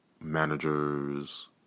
managers